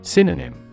Synonym